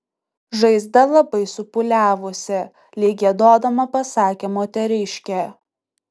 žaizda labai supūliavusi lyg giedodama pasakė moteriškė